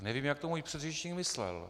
Nevím, jak to můj předřečník myslel.